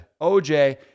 OJ